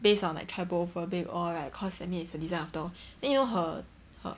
based on like trypophobic all right cause I mean it's a design after all then you know her her